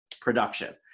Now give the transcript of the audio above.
production